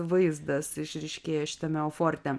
vaizdas išryškėja šitame oforte